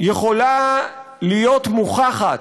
יכולה להיות מוכחת,